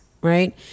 right